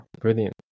Brilliant